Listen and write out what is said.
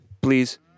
please